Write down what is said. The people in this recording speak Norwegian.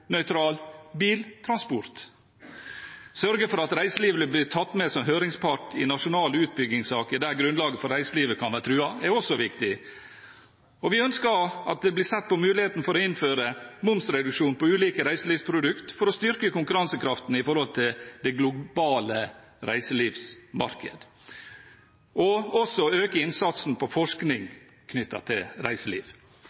CO2-nøytral biltransport å sørge for at reiselivet blir tatt med som høringspart i nasjonale utbyggingssaker der grunnlaget for reiselivet kan være truet å se på muligheten for å innføre momsreduksjon på ulike reiselivsprodukter for å styrke konkurransekraften i forhold til det globale reiselivsmarkedet å øke innsatsen på forskning tilknyttet reiseliv